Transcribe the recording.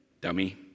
Dummy